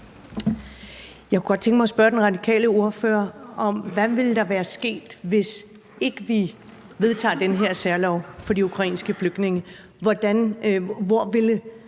Jeg kunne godt tænke mig at spørge den radikale ordfører om, hvad der ville være sket, hvis ikke vi vedtog den her særlov for de ukrainske flygtninge. Hvor ville